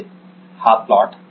नितीन हा प्लॉट